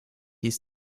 hieß